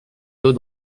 d’eau